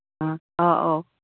ꯑ ꯑꯥ ꯑꯧ